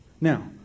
Now